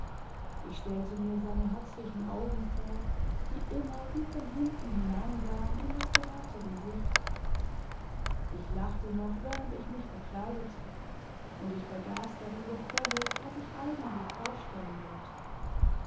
ich stellte mir seine herzlichen augen vor die immer wie von hinten hineinsahen in das behaarte gesicht ich lachte noch während ich mich verkleidete und ich vergaß darüber völlig was ich eigentlich vorstellen wollte